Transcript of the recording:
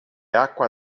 acqua